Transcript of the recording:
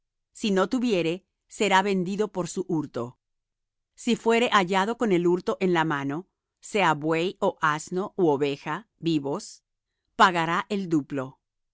si no tuviere será vendido por su hurto si fuere hallado con el hurto en la mano sea buey ó asno ú oveja vivos pagará el duplo